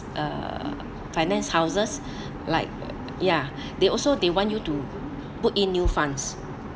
uh finance houses like ya they also they want you to put in new funds